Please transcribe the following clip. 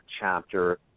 chapter